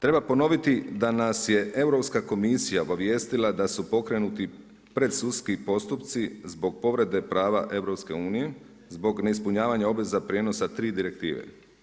Treba ponoviti, da nas je Europska komisija obavijestila da su pokrenuti predsudski postupci zbog povrede prava EU, zbog neispunjavanja obveza prijenosa 3 direktive.